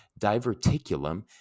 diverticulum